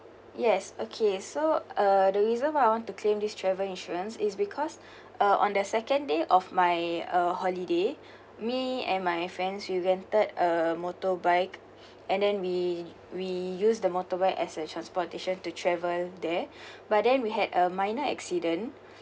yes okay so uh the reason why I want to claim this travel insurance is because uh on the second day of my uh holiday me and my friends we rented a motorbike and then we we use the motorbike as a transportation to travel there but then we had a minor accident